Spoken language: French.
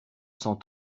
cent